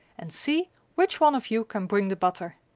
and see which one of you can bring the butter,